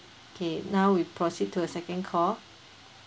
okay now we proceed to the second call